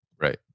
right